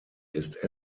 ist